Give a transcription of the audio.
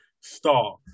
Star